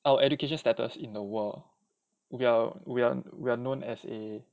our education status in the world we are we are we are known as a